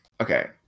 Okay